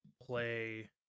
play